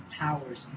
powers